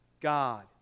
God